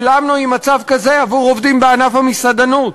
מדוע השלמנו עם מצב כזה עבור עובדים בענף המסעדנות?